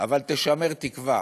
תישמר תקווה